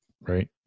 Right